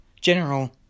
general